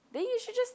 then you should just